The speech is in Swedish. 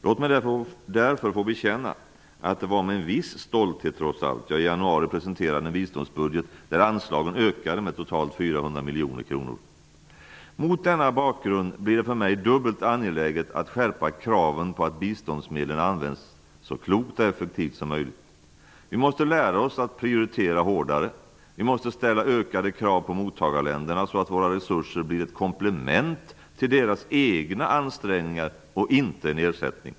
Låt mig därför få bekänna att det trots allt var med viss stolthet som jag i januari presenterade en biståndsbudget där anslagen ökar med totalt 400 Mot denna bakgrund blir det för mig dubbelt så angeläget att skärpa kraven på att biståndsmedlen används så klokt och effektivt som möjligt. Vi måste lära oss att prioritera hårdare. Vi måste ställa ökade krav på mottagarländerna, så att våra resurser blir ett komplement till deras egna ansträngningar -- och inte en ersättning.